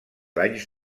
anys